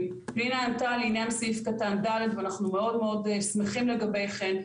פנינה ענתה לעניין סעיף קטן ד' אבל אנחנו מאוד שמחים לגבי כן,